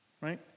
Right